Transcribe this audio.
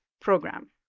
program